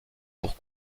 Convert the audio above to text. pour